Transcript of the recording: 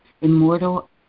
immortal